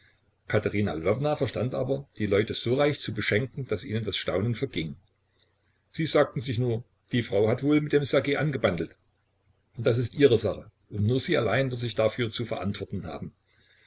lwowna verstand aber die leute so reich zu beschenken daß ihnen das staunen verging sie sagten sich nur die frau hat wohl mit dem ssergej angebandelt das ist ihre sache und nur sie allein wird sich dafür zu verantworten haben